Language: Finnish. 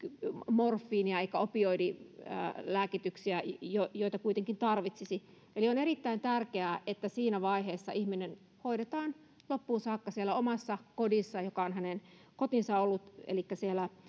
morfiinia eikä opioidilääkityksiä joita joita kuitenkin tarvitsisi eli on erittäin tärkeää että siinä vaiheessa ihminen hoidetaan loppuun saakka siellä omassa kodissaan joka on hänen kotinsa ollut elikkä siellä